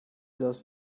those